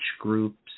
groups